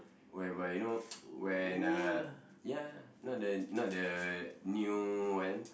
whereby you know when uh ya not the not the new one